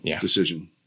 decision